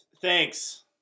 Thanks